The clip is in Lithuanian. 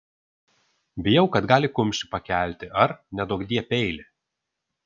bijau kad gali kumštį pakelti ar neduokdie peilį